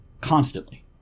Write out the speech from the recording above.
constantly